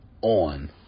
on